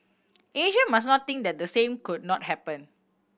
Asia must not think that the same could not happen